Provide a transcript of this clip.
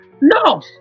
no